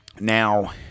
now